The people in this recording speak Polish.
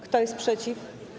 Kto jest przeciw?